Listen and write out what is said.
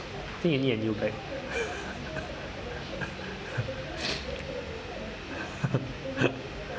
think you need a new bag